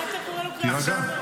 על מה אתה קורא לו קריאה ראשונה?